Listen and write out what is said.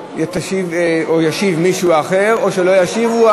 ישיב מישהו אחר או שלא ישיבו.